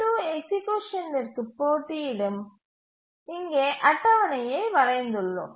T2 எக்சீக்யூசனிற்கு போட்டியிட நாம் இங்கே அட்டவணையை வரைந்துள்ளோம்